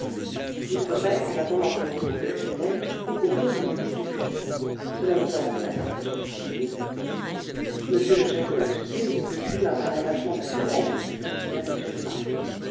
il faudrait en attendant que l'on trouve le criminel découvrir le mobile du crime cela nous avancerait un peu fit-il monsieur le chef de la sûreté le crime apparaît bassement passionnel répliqua m de marquet